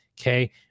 Okay